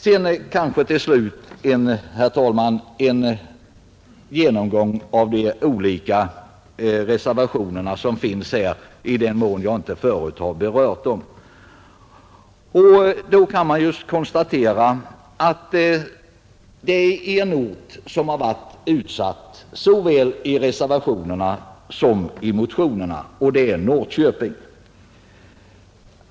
Till slut, herr talman, skall jag med några ord gå igenom de olika reservationerna i den mån jag inte förut har berört dem. Det är framför allt en ort som nämns såväl i reservationerna som i motionerna, nämligen Norrköping.